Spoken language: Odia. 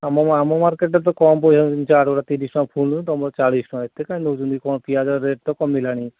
ଆମ ଆମ ମାର୍କେଟରେ ତ କମ୍ ପଇସା ନେଉଛନ୍ତି ଚାଟ୍ ଗୋଟା ତିରିଶି ଟଙ୍କା ଫୁଲ୍ ତୁମର ଚାଳିଶି ଟଙ୍କା ଏତେ କାଇଁ ନେଉଛନ୍ତି କ'ଣ ପିଆଜ ରେଟ୍ ତ କମିଲାଣି